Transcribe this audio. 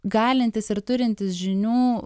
galintis ir turintis žinių